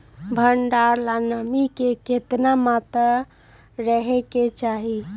भंडारण ला नामी के केतना मात्रा राहेके चाही?